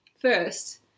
First